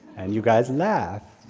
and you guys laugh,